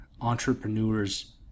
entrepreneurs